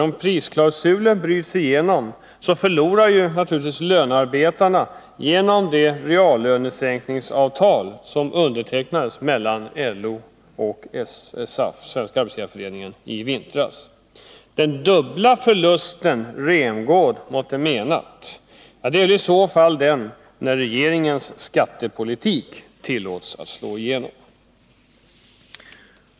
Om prisklausulen bryts igenom förlorar naturligtvis lönarbetarna på grund av det reallönesänkningsavtal som i vintras undertecknades av LO och SAF, Svenska arbetsgivareföreningen. Den dubbla förlust som Rämgård avser måste vara den som uppstår när regeringens skattepolitik slår igenom.